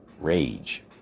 Rage